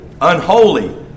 unholy